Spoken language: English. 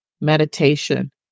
meditation